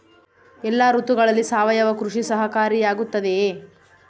ಎಲ್ಲ ಋತುಗಳಲ್ಲಿ ಸಾವಯವ ಕೃಷಿ ಸಹಕಾರಿಯಾಗಿರುತ್ತದೆಯೇ?